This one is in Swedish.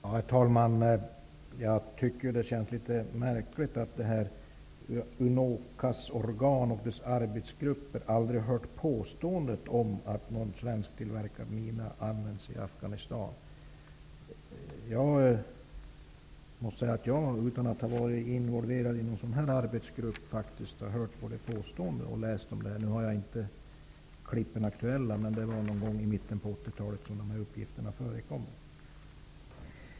Herr talman! Jag tycker att det är litet märkligt att Unocas organ och dess arbetsgrupp aldrig har hört påståendet om att en svensktillverkad mina använts i Afghanistan. Jag måste säga att jag, utan att ha varit involverad i en sådan arbetsgrupp, faktiskt hört och läst om det. Det var någon gång i mitten av 80-talet som sådana uppgifter förekom.